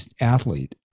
athlete